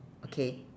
okay